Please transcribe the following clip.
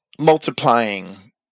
multiplying